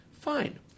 Fine